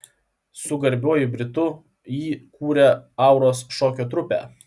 su garbiuoju britu jį kūrė auros šokio trupę